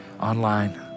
online